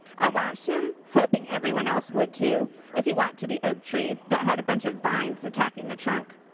i watched him, hoping everyone else would too as he walked to the oak tree that had a bunch of vines attacking the trunk.